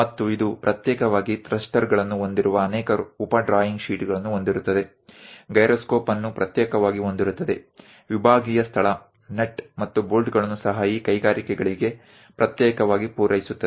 ಮತ್ತು ಇದು ಪ್ರತ್ಯೇಕವಾಗಿ ಥ್ರಸ್ಟರ್ಗಳನ್ನು ಹೊಂದಿರುವ ಅನೇಕ ಉಪ ಡ್ರಾಯಿಂಗ್ ಶೀಟ್ಗಳನ್ನು ಹೊಂದಿರುತ್ತದೆ ಗೈರೊಸ್ಕೋಪ್ ಅನ್ನು ಪ್ರತ್ಯೇಕವಾಗಿ ಹೊಂದಿರುತ್ತದೆ ವಿಭಾಗೀಯ ಸ್ಥಳ ನಟ್ ಮತ್ತು ಬೋಲ್ಟ್ಗಳನ್ನು ಸಹ ಈ ಕೈಗಾರಿಕೆಗಳಿಗೆ ಪ್ರತ್ಯೇಕವಾಗಿ ಪೂರೈಸುತ್ತದೆ